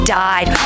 died